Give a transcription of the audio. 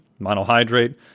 monohydrate